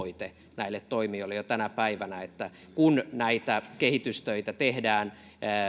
olla itse asiassa velvoite näille toimijoille jo tänä päivänä että kun näitä kehitystöitä tehdään